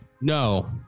No